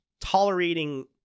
tolerating